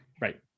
right